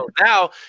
Now